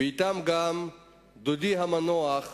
ואתם גם דודי המנוח,